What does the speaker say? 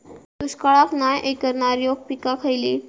दुष्काळाक नाय ऐकणार्यो पीका खयली?